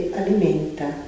alimenta